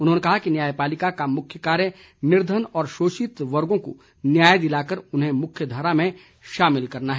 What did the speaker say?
उन्होंने कहा कि न्यायपालिका का मुख्य कार्य निर्धन व शोषित वर्गो को न्याय दिलाकर उन्हें मुख्य धारा में शामिल करना है